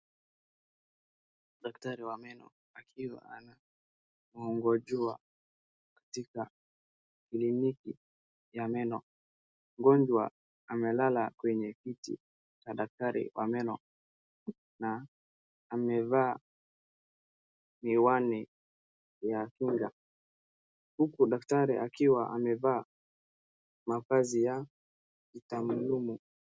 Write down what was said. Daktari wa meno akiwa na mgonjwa katika kliniki ya meno. Mgonjwa amelala kwenye kiti cha daktari wa meno na amevaa miwani ya kinga huku daktari akiwa amevaa mavazi ya kitaluma.